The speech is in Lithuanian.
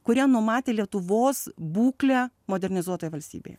kurie numatė lietuvos būklę modernizuotoje valstybėje